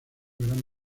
gran